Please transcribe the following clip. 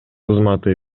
кызматы